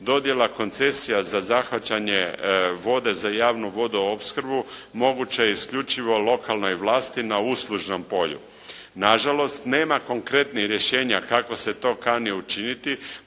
Dodjela koncesija za zahvaćanje vode za javnu vodoopskrbu moguće je isključivo lokalnoj vlasti na uslužnom polju. Na žalost nema konkretnih rješenja kako se to kani učiniti